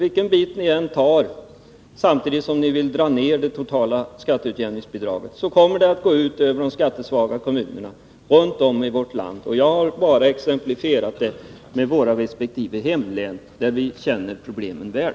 17 november 1982 Vilket bidrag ni än tar — samtidigt som ni vill dra ned det totala skatteutjämningsbidraget — kommer det att gå ut över de skattesvaga Skatteutjämning kommunerna runt om i vårt land. Jag har bara exemplifierat detta med våra i Stockholms läns resp. hemlän, där vi känner problemen väl.